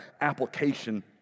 application